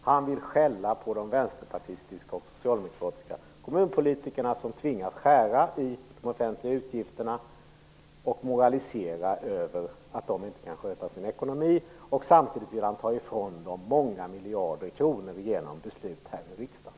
Han vill skälla på de vänsterpartistiska och socialdemokratiska kommunpolitiker som tvingas skära i de offentliga utgifterna och moralisera över att de inte kan sköta sin ekonomi. Samtidigt vill han ta ifrån dem många miljarder kronor genom beslut här i riksdagen.